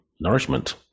nourishment